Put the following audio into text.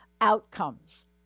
outcomes